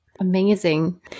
Amazing